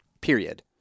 period